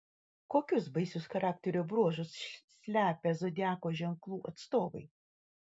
kokius baisius charakterio bruožus slepia zodiako ženklų atstovai